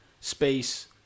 space